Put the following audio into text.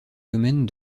domaine